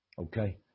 Okay